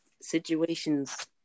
Situations